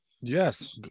Yes